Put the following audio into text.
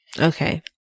Okay